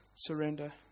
Surrender